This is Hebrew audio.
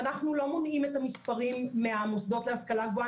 אנחנו לא מונעים את המספרים מהמוסדות להשכלה גבוהה,